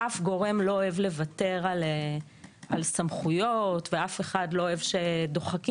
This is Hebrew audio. אף גורם לא אוהב לוותר על סמכויות ואף אחד לא אוהב שדוחקים